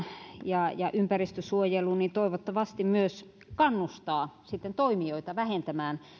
ja ja ympäristönsuojeluun niin toivottavasti myös kannustaa toimijoita vähentämään